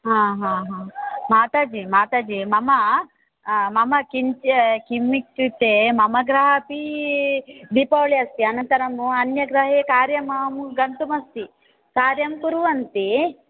हा हा हा माताजि माताजि मम मम किञ्च् किमित्युक्ते मम गृह अपि दीपावळि अस्ति अनन्तरमु अन्यगृहे कार्यमु गन्तुमस्ति कार्यं कुर्वन्ति